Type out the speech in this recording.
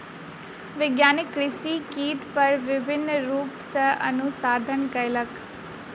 वैज्ञानिक कृषि कीट पर विभिन्न रूप सॅ अनुसंधान कयलक